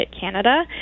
Canada